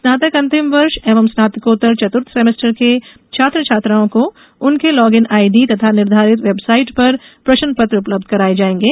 स्नातक अंतिम वर्ष एवं स्नातकोत्तर चतुर्थ सेमेस्टर के छात्र छात्राओं को उनके लॉगिन आईडी तथा निर्धारित वेबसाइट पर प्रश्न पत्र उपलब्ध करवाये जाएंगे